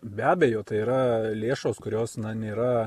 be abejo tai yra lėšos kurios na nėra